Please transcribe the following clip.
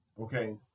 Okay